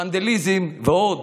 ונדליזם, ועוד.